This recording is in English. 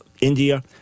india